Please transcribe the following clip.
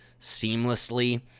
seamlessly